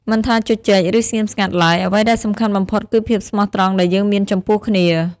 មិនថាជជែក ឬស្ងៀមស្ងាត់ឡើយ អ្វីដែលសំខាន់បំផុតគឺភាពស្មោះត្រង់ដែលយើងមានចំពោះគ្នា។